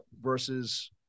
versus